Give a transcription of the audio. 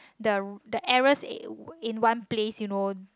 the the errors in one place you know